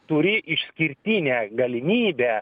turi išskirtinę galimybę